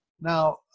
Now